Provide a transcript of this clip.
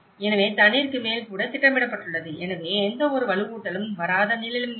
எனவே தண்ணீருக்கு மேல் கூட திட்டமிடப்பட்டுள்ளது எனவே எந்தவொரு வலுவூட்டலும் வராத நிலம் இல்லை